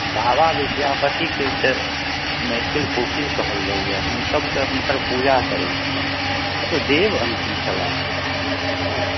बाबा विद्यापति के तऽ मैथिल कोकिल कहल जाइ यऽ हमसब तऽ हुनकर पूजा करै छी ओ तऽ देव अंशी छलाह ओ